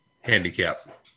handicap